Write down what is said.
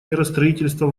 миростроительства